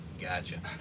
Gotcha